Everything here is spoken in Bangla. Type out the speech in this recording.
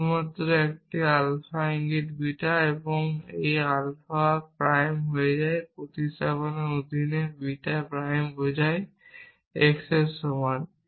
সুতরাং এটি আলফা ইঙ্গিত বিটা এবং এটি আলফা প্রাইম হয়ে যায় প্রতিস্থাপনের অধীনে বিটা প্রাইম বোঝায় x এর সমান